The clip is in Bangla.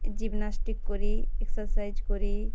জিমনাস্টিক করি এক্সারসাইজ করি